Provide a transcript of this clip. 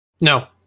no